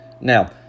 Now